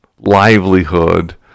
livelihood